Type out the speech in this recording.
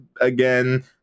again